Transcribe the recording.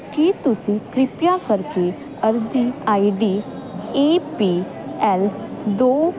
ਕੀ ਤੁਸੀਂ ਕਿਰਪਾ ਕਰਕੇ ਅਰਜ਼ੀ ਆਈਡੀ ਏ ਪੀ ਐਲ ਦੋ